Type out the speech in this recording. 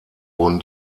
wurden